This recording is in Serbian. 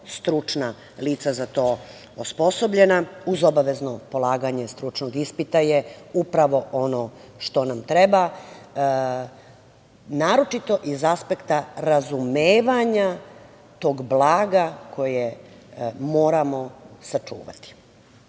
stručna lica za to osposobljena, uz obavezno polaganje stručnog ispita, je upravo ono što nam treba, naročito iz aspekta razumevanja tog blaga koje moramo